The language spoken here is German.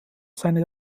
seine